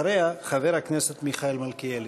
אחריה, חבר הכנסת מיכאל מלכיאלי.